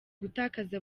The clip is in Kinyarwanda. gutakaza